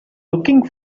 looking